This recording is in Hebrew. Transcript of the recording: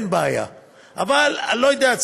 אבל אני לא יודע,